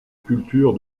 culture